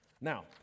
now